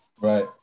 Right